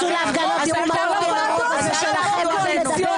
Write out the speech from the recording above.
תצאו להפגנות, תראו שהרוב הזה שלכם איננו.